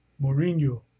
Mourinho